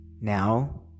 now